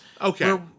Okay